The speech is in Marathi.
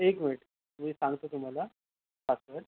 एक मिनट मी सांगतो तुम्हाला पासवर्ड